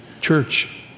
church